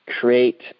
create